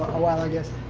a while, i guess.